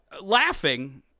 laughing